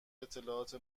اطلاعات